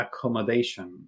accommodation